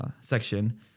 section